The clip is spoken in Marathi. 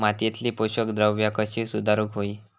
मातीयेतली पोषकद्रव्या कशी सुधारुक होई?